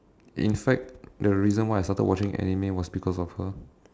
in fact the reason why I started watching anime was because of her